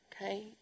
Okay